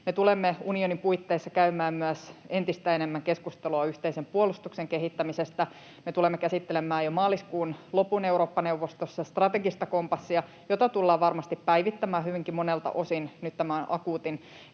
tulemme unionin puitteissa käymään myös entistä enemmän keskustelua yhteisen puolustuksen kehittämisestä. Me tulemme käsittelemään jo maaliskuun lopun Eurooppa-neuvostossa strategista kompassia, jota tullaan varmasti päivittämään hyvinkin monelta osin nyt tämän akuutin